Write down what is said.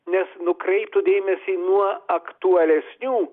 nes nukreiptų dėmesį nuo aktualesnių